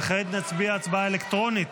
וכעת נצביע הצבעה אלקטרונית